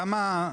גמא,